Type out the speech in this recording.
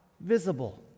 visible